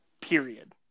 period